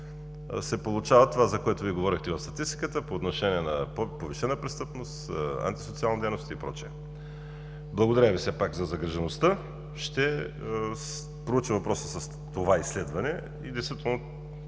се получава това, за което Вие говорихте в статистиката по отношение на повишена престъпност, антисоциална дейност и прочее. Благодаря Ви все пак за загрижеността. Ще проуча въпроса с това изследване. Действително